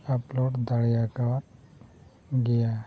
upload ᱫᱟᱲᱮ ᱟᱠᱟᱫ ᱜᱮᱭᱟ